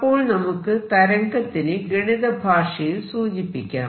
അപ്പോൾ നമുക്ക് തരംഗത്തിനെ ഗണിത ഭാഷയിൽ സൂചിപ്പിക്കാം